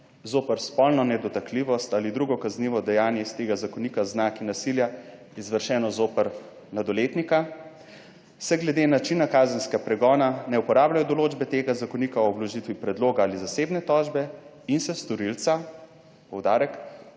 zoper spolno nedotakljivost ali drugo kaznivo dejanje iz tega zakonika z znaki nasilja izvršeno zoper mladoletnika, se glede načina kazenskega pregona ne uporabljajo določbe tega zakonika o vložitvi predloga ali zasebne tožbe in se storilca poudarek